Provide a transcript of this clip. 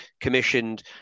commissioned